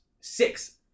Six